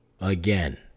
again